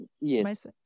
Yes